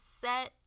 set